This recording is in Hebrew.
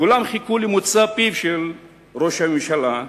וכולם חיכו למוצא פיו של ראש הממשלה,